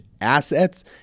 assets